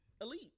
Elite